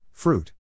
Fruit